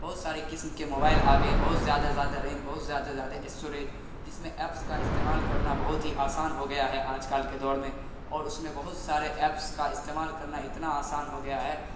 بہت سارے قسم کے موبائل آ گیے بہت زیادہ زیادہ ریم بہت زیادہ زیادہ اسٹوریج جس میں ایپس کا استعمال کرنا بہت ہی آسان ہوگیا ہے آج کل کے دور میں اور اس میں بہت سارے ایپس کا استعمال کرنا اتنا آسان ہو گیا ہے